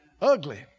Ugly